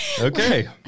Okay